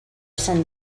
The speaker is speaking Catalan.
sant